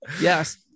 Yes